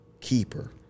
keeper